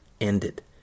ended